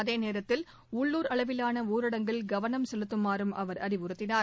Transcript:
அதேநேரத்தில் உள்ளூர் அளவிலான ஊரடங்கில் கவனம் செலுத்துமாறும் அவர் அறிவுறுத்தினார்